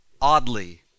oddly